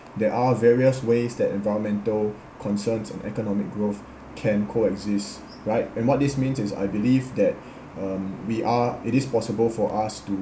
there are various ways that environmental concerns and economic growth can coexist right and what this means is I believe that um we are it is possible for us to